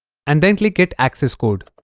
and then click get access code